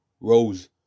Rose